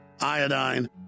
iodine